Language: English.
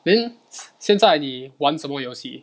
then 现在你玩什么游戏